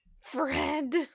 Fred